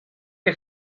che